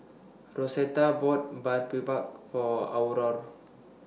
Rosetta bought For Aurore